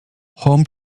home